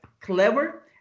clever